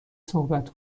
صحبت